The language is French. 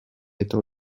étant